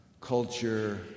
culture